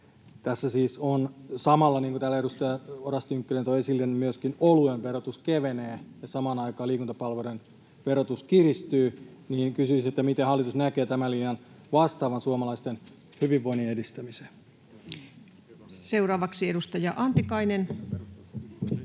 Tässä siis, niin kuin täällä edustaja Oras Tynkkynen toi esille, myöskin oluen verotus kevenee ja samaan aikaan liikuntapalvelujen verotus kiristyy. Kysyisin, miten hallitus näkee tämän linjan vastaavan suomalaisten hyvinvoinnin edistämiseen. [Speech 106] Speaker: Ensimmäinen